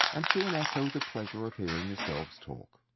and to an echo the pleasure of hearing yourselves talk.